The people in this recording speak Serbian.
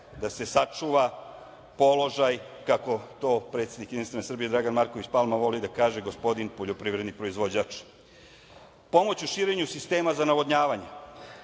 da se sačuva položaj, kako to predsednik JS Dragan Marković Palma, voli da kaže, gospodin poljoprivredni proizvođač. Pomoć u širenju sistema za navodnjavanje,